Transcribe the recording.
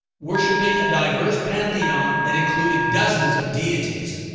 worshiping a diverse pantheon that included dozens of deities.